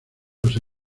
los